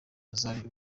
zari